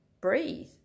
breathe